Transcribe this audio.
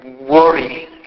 worrying